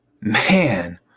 Man